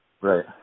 Right